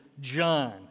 John